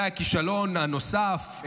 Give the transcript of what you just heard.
אולי הכישלון הנוסף,